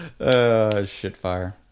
shitfire